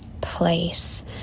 place